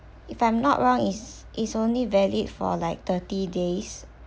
if I'm not wrong it's it's only valid for like thirty days